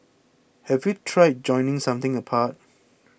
have you tried joining something apart